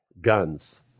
Guns